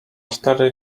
cztery